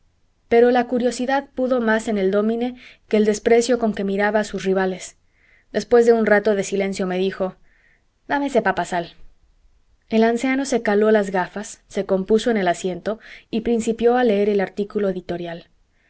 pero la curiosidad pudo más en el dómine que el desprecio con que miraba a sus rivales después de un rato de silencio me dijo dame ese papasal el anciano se caló las gafas se compuso en el asiento y principió a leer el artículo editorial